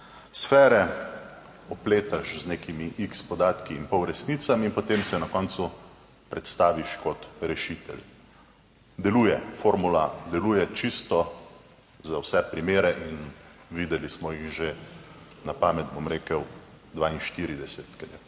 sfere, opletaš z nekimi x podatki in pol resnicami in potem se na koncu predstaviš kot rešitelj. Deluje, formula deluje čisto za vse primere in videli smo jih že na pamet, bom rekel 42, ker